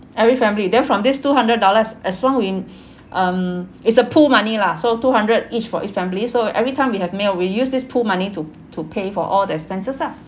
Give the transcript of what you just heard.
every family then from this two hundred dollars as long we um is a pool money lah so two hundred each for each family so every time we have meal we use this pool money to to pay for all the expenses lah